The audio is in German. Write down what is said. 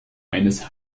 eines